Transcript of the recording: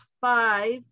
five